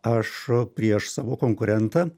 aš prieš savo konkurentą